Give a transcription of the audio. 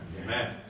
Amen